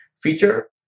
feature